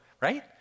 right